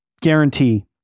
guarantee